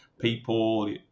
people